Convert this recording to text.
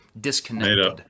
disconnected